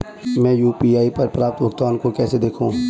मैं यू.पी.आई पर प्राप्त भुगतान को कैसे देखूं?